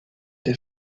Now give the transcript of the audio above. des